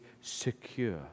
secure